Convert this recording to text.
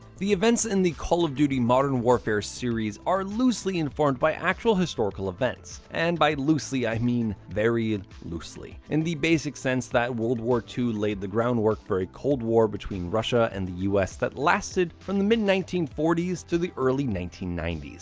the events in the call of duty modern warfare series are loosely informed by actual historical events. and by loosely, i mean very and loosely. in the basic sense that world war ii laid the groundwork for a cold war between russia and the u that lasted from the mid nineteen forty s to the early nineteen ninety s.